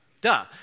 duh